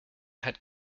had